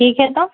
ٹھیک ہے تو